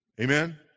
Amen